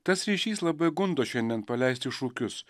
tas ryšys labai gundo šiandien paleisti šūkius